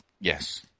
yes